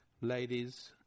Ladies